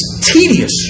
tedious